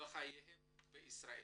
בחייהם בישראל.